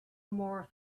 more